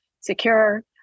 secure